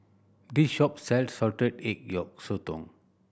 this shop sells salted egg yolk sotong